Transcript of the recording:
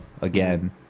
again